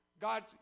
God